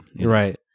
Right